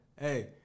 hey